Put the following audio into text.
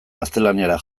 gaztelaniara